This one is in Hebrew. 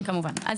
אני